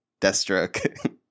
Deathstroke